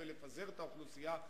לפזר את האוכלוסייה,